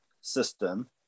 system